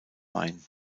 main